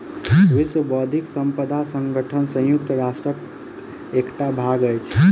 विश्व बौद्धिक संपदा संगठन संयुक्त राष्ट्रक एकटा भाग अछि